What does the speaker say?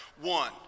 One